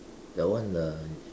that one the is